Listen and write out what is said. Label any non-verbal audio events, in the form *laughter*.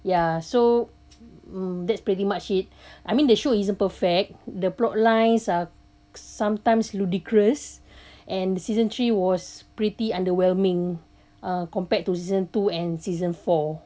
ya so *noise* that's pretty much it I mean they show isn't perfect the plot lines are sometimes ludicrous and season three was pretty underwhelming uh compared to season two and season four